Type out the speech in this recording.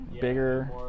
bigger